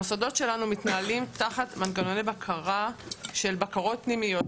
המוסדות שלנו מתנהלים תחת מנגנוני בקרה של בקרות פנימיות,